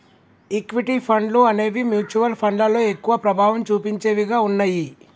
equity ఫండ్లు అనేవి mutual ఫండ్లలో ఎక్కువ ప్రభావం చుపించేవిగా ఉన్నయ్యి